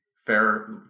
Fair